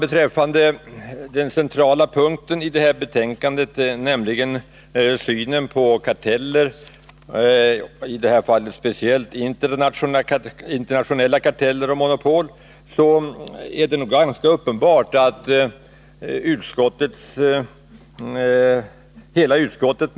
Beträffande den centrala punkten i detta betänkande, nämligen synen på karteller — i detta fall speciellt internationella karteller — och monopol, är det nog ganska uppenbart att hela utskottet.